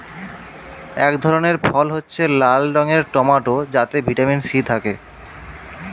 এক ধরনের ফল হচ্ছে লাল রঙের টমেটো যাতে ভিটামিন সি থাকে